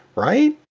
right?